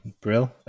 brill